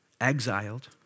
exiled